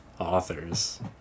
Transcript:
authors